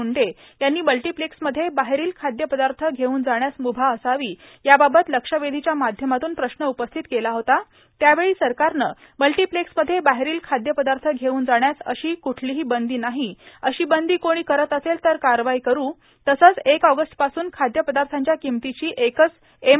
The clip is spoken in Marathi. मुंडे यांनी मल्टीप्लेक्समध्ये बाहेरील खाद्यपदार्थ घेऊन जाण्यास मुभा असावी याबाबत लक्षवेधीच्या माध्यमातून प्रश्न उपस्थित केला होता त्यावेळी सरकारनं मल्टीप्लेक्समध्ये बाहेरील खाद्यपदार्थ घेऊन जाण्यास अशी कुठलीही बंदी नाही अशी बंदी कोणी करत असेल तर कारवाई करू तसंच एक ऑगस्ट पासून खाद्यपदार्थाच्या किमतीची एकच एम